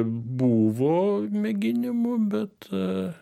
buvo mėginimų bet